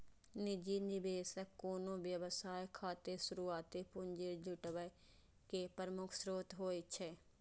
निजी निवेशक कोनो व्यवसाय खातिर शुरुआती पूंजी जुटाबै के प्रमुख स्रोत होइ छै